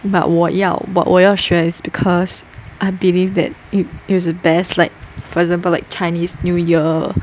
but 我要 but 我要学 is because I believe that it is the best like for example like Chinese new year